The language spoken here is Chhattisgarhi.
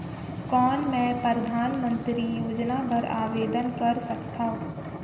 कौन मैं परधानमंतरी योजना बर आवेदन कर सकथव?